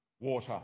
water